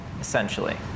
essentially